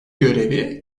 görevi